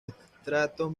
estratos